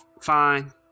fine